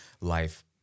life